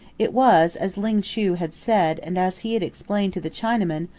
it was, as ling chu had said and as he had explained to the chinaman,